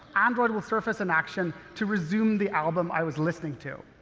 android will surface an action to resume the album i was listening to.